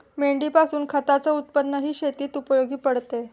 मेंढीपासून खताच उत्पन्नही शेतीत उपयोगी पडते